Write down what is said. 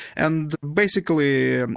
and basically,